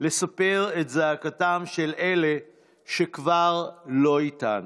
לספר את זעקתם של אלה שכבר לא איתנו.